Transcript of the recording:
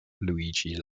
luigi